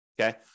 okay